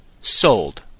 sold